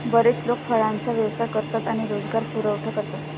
बरेच लोक फळांचा व्यवसाय करतात आणि रोजगार पुरवठा करतात